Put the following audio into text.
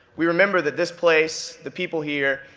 we remember that this place, the people here,